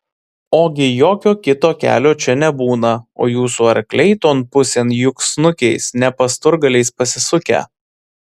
ogi jokio kito kelio čia nebūna o jūsų arkliai ton pusėn juk snukiais ne pasturgaliais pasisukę